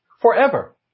forever